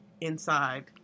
Inside